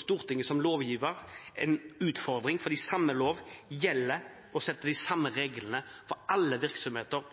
Stortinget som lovgiver en utfordring, fordi samme lov gjelder og setter de samme reglene for alle virksomheter,